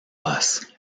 bus